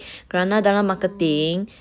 kerana dalam marketing